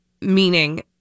meaning